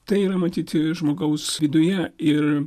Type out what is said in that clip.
tai yra matyti žmogaus viduje ir